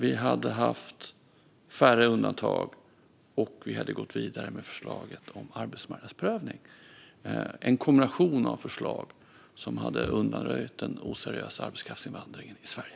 Vi hade haft färre undantag, och vi hade gått vidare med förslaget om arbetsmarknadsprövning. Det hade varit en kombination av förslag som hade undanröjt den oseriösa arbetskraftsinvandringen i Sverige.